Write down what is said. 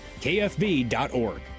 KFB.org